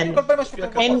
לפי מה שכתוב בחוק.